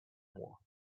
more